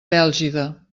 bèlgida